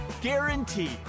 guaranteed